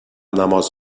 نماز